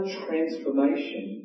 transformation